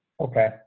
Okay